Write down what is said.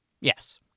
yes